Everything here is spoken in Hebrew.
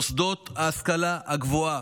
מוסדות ההשכלה הגבוהה,